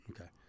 Okay